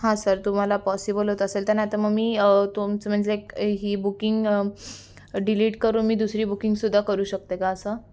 हां सर तुम्हाला पॉसिबल होत असेल तर नाही तर मग मी तुमचं म्हणजे ही बुकिंग डिलिट करून मी दुसरी बुकींगसुद्धा करू शकते का असं